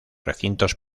recintos